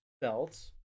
belts